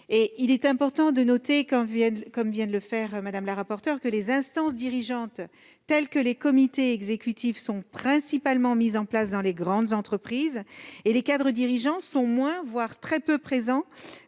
Il est important de noter, comme vient de le faire Mme la rapporteure, que les instances dirigeantes, telles que les comités exécutifs, sont principalement mises en place dans les grandes entreprises. Les cadres dirigeants sont moins, voire très peu, présents